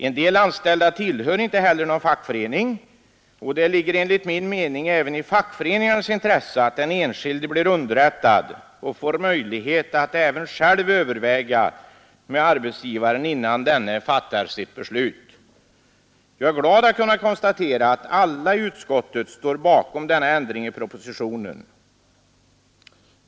En del anställda tillhör inte heller någon fackförening. Det ligger enligt min mening även i fackföreningarnas intresse att den enskilde blir underrättad och får möjlighet att själv överlägga med arbetsgivaren innan denne fattar sitt beslut. Jag är glad att kunna konstatera att alla i utskottet står bakom denna ändring i propositionen.